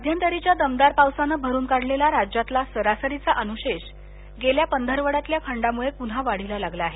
मध्यंतरीच्या दमदार पावसानं भरून काढलेला राज्यातला सरासरीचा अनुशेष गेल्या पंधरवड्यातल्या खंडामुळे पुन्हा वाढीला लागला आहे